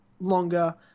longer